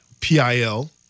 PIL